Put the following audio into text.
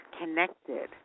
connected